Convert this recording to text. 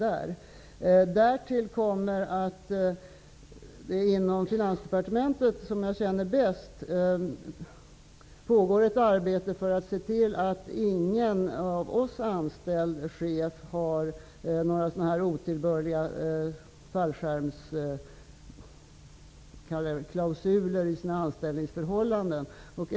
Därtill kommer att det inom Finansdepartementet, som jag känner bäst, pågår ett arbete för att se till att ingen av oss anställd chef har några otillbörliga fallskärmsklausuler i sina anställningsförhållanden.